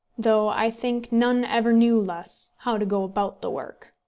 though i think none ever knew less how to go about the work.